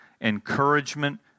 encouragement